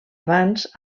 abans